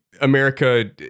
america